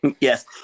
Yes